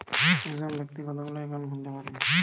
একজন ব্যাক্তি কতগুলো অ্যাকাউন্ট খুলতে পারে?